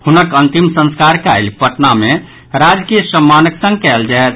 हुनक अंतिम संस्कार काल्हि पटना मे राजकीय सम्मानक संग कयल जायत